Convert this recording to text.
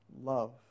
love